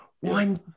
One